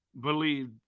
believed